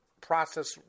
process